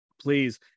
please